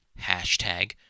Hashtag